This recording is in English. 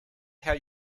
how